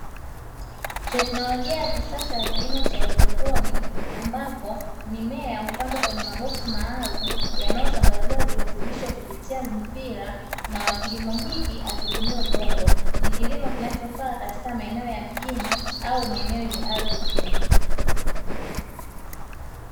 Teknolojia ya kisasa ya kilimo cha haidroponi, ambapo mimea hupandwa kwenye maboksi maalum yanayo sambaza virutubisho kupitia mipira, na kilimo hiki hakitumii udongo. Ni kilimo kinachofaa katika maeneo ya mjini au maeneo yenye ardhi finyu.